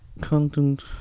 content